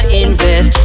invest